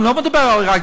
אני לא מדבר רק על ערד,